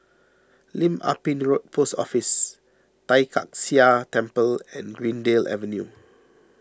Lim Ah Pin Road Post Office Tai Kak Seah Temple and Greendale Avenue